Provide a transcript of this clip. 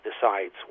decides